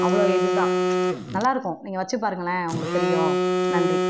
அவ்வளோ இதுதான் நல்லாயிருக்கும் நீங்கள் வச்சு பாருங்களேன் உங்களுக்கு தெரியும் நன்றி